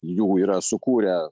jų yra sukūrę